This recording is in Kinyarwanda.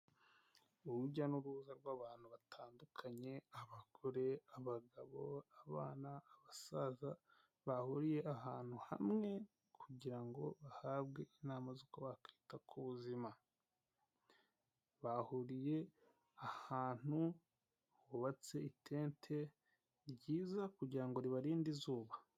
Urujya n'uruza rw'abantu batandukanye, abagore, abagabo, abana, abasaza, bahuriye ahantu hamwe kugira ngo bahabwe inama z'uko bakita ku buzima. Bahuriye ahantu hubatse itente ryiza kugira ngo ribarinde izuba.